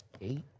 eight